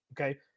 Okay